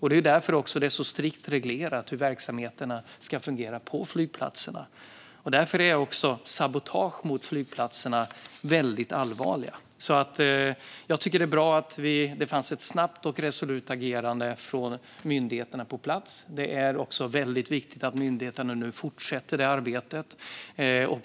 Det är därför det är så strikt reglerat hur verksamheterna ska fungera på flygplatserna. Därför är också sabotage mot flygplatserna väldigt allvarliga. Jag tycker att det var bra att det fanns ett snabbt och resolut agerande från myndigheterna på plats. Det är väldigt viktigt att myndigheterna nu fortsätter detta arbete.